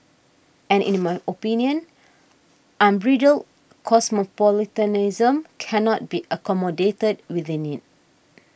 and in my opinion unbridled cosmopolitanism cannot be accommodated within it